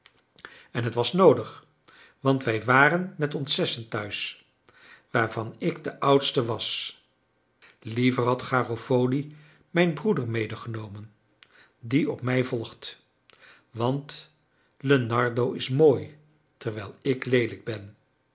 en het was noodig want wij waren met ons zessen thuis waarvan ik de oudste was liever had garofoli mijn broeder medegenomen die op mij volgt want lenardo is mooi terwijl ik leelijk ben